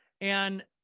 and-